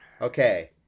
okay